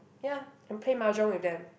ya and play mahjong with them